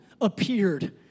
appeared